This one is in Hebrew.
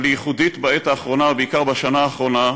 אבל היא ייחודית בעת האחרונה, בעיקר בשנה האחרונה,